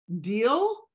deal